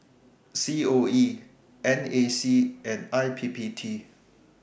COE NAC and IPPT